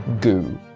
goo